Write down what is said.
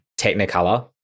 Technicolor